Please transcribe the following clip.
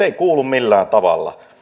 ei kuulu millään tavalla